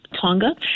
Tonga